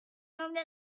nombre